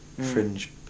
Fringe